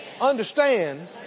understand